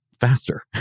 faster